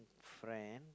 friend